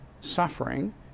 suffering